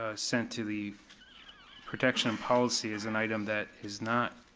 ah sent to the protection and policy is an item that is not